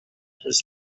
his